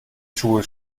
schuhe